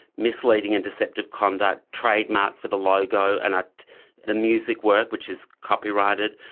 misleading and deceptive conduct, trademark for the logo, and ah the music work which is copyrighted.